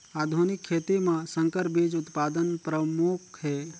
आधुनिक खेती म संकर बीज उत्पादन प्रमुख हे